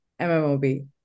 MMOB